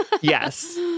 Yes